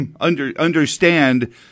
understand